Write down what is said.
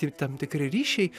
ir tam tikri ryšiai